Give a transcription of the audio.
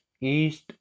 east